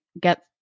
get